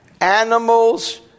animals